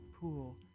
pool